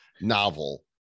novel